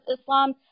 Islam